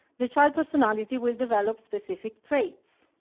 the child personality will develop specific traits.